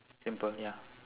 simple ya